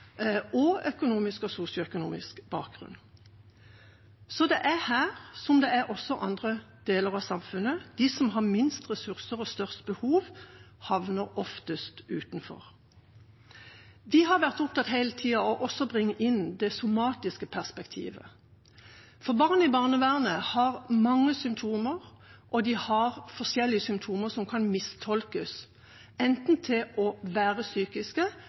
og økonomisk og sosioøkonomisk bakgrunn. Så det er her som i andre deler av samfunnet: De som har minst ressurser og størst behov, havner oftest utenfor. Vi har hele tida vært opptatt av også å bringe inn det somatiske perspektivet, for barn i barnevernet har mange symptomer, og de har forskjellige symptomer som kan mistolkes, enten til å være psykiske